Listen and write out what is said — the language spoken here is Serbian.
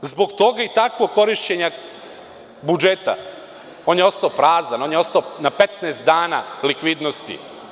Zbog toga i takvog korišćenja budžeta on je ostao prazan, on je ostao na 15 dana likvidnosti.